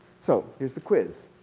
so here's the quiz.